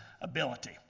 ability